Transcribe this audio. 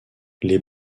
les